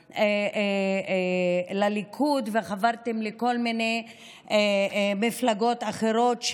חברתם לליכוד וחברתם לכל מיני מפלגות אחרות,